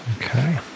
Okay